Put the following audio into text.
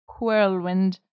whirlwind